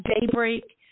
daybreak